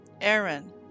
Aaron